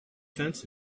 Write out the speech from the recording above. fence